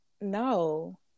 No